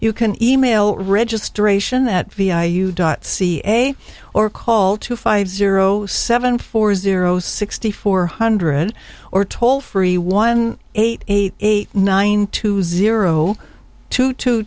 you can email registration at vi you dot ca or call two five zero seven four zero sixty four hundred or toll free one eight eight eight nine two zero two two